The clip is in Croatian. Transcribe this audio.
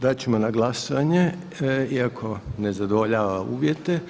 Dat ćemo na glasovanje iako ne zadovoljava uvjete.